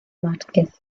márquez